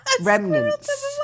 remnants